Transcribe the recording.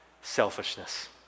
Selfishness